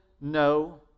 no